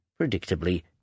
Predictably